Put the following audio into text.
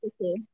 okay